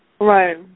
Right